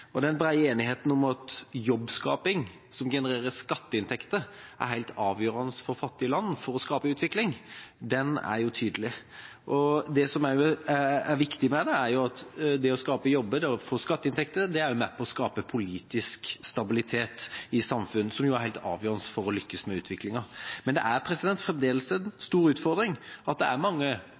Den brede enigheten om at jobbskaping som genererer skatteinntekter, er helt avgjørende for fattige land for å skape utvikling, er tydelig. Det som også er viktig med det, er at det å skape jobber, få skatteinntekter, er med på å skape politisk stabilitet i samfunn – som jo er helt avgjørende for å lykkes med utviklinga. Men det er fremdeles en stor utfordring at det er mange